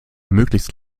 möglichst